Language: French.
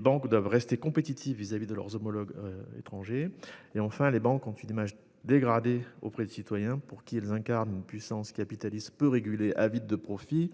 bancaires doivent rester compétitifs face à leurs homologues étrangers. Enfin, les banques ont une image dégradée auprès des citoyens, pour qui elles incarnent une puissance capitaliste peu régulée et avide de profits,